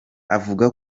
avuga